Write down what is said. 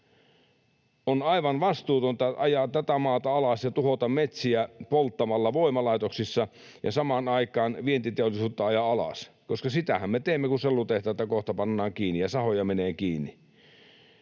On aivan vastuutonta ajaa tätä maata alas ja tuhota metsiä polttamalla voimalaitoksissa ja samaan aikaan vientiteollisuutta ajaa alas, koska sitähän me teemme, kun sellutehtaita kohta pannaan kiinni ja sahoja menee kiinni.